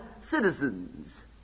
citizens